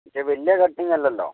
പിന്നെ വലിയ കട്ടിങ്ങ് അല്ലല്ലോ